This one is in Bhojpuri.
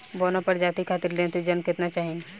बौना प्रजाति खातिर नेत्रजन केतना चाही?